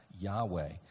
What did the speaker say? Yahweh